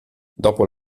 dopo